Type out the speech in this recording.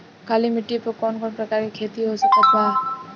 काली मिट्टी पर कौन कौन प्रकार के खेती हो सकत बा?